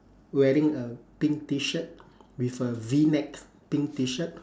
wearing a pink T shirt with a v-neck pink T shirt